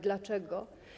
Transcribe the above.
Dlaczego?